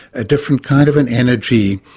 a different kind of an energy,